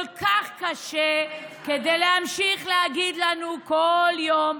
כל כך קשה, כדי להמשיך להגיד לנו כל יום,